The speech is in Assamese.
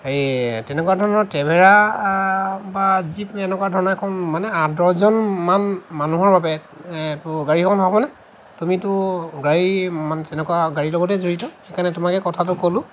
এই তেনেকুৱা ধৰণৰ ট্ৰেভেলাৰ বা জীপ এনেকুৱা ধৰণৰ এখন মানে আঠ দহজনমান মানুহৰ বাবে গাড়ী এখন হ'ব নে তুমিতো গাড়ী মানে তেনেকুৱা গাড়ীৰ লগতে জড়িত সেইকাৰণে তোমাকে কথাটো ক'লোঁ